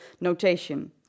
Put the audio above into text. notation